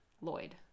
Lloyd